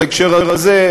בהקשר הזה,